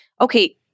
okay